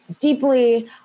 deeply